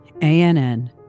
ann